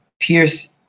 pierce